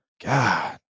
God